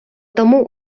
тому